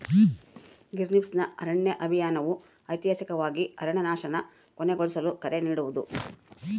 ಗ್ರೀನ್ಪೀಸ್ನ ಅರಣ್ಯ ಅಭಿಯಾನವು ಐತಿಹಾಸಿಕವಾಗಿ ಅರಣ್ಯನಾಶನ ಕೊನೆಗೊಳಿಸಲು ಕರೆ ನೀಡೋದು